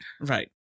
Right